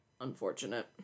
Unfortunate